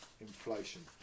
inflation